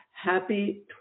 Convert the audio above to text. Happy